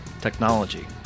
technology